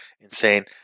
insane